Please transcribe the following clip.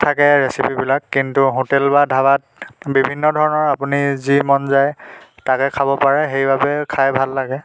থাকে ৰেচিপিবিলাক কিন্তু হোটেল বা ধাবাত বিভিন্ন ধৰণৰ আপুনি যি মন যায় তাকে খাব পাৰে সেইবাবে খাই ভাল লাগে